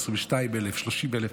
22,000, 30,000,